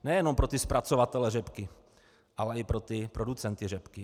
Nejenom pro ty zpracovatele řepky, ale i pro ty producenty řepky.